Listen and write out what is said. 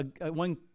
one